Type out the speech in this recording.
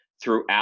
throughout